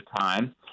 time